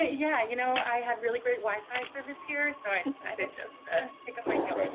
yeah, you know, i had really great wi-fi service here, so i decided just pick up my heels.